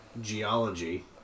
geology